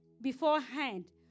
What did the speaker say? beforehand